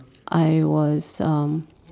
I was um